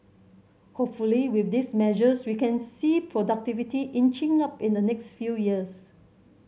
hopefully with these measures we can see productivity inching up in the next few years